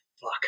fuck